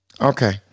Okay